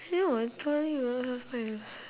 have I told you [what] last time